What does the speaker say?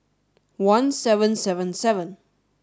one seven seven seven